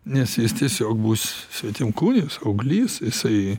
nes jis tiesiog bus svetimkūnis auglys jisai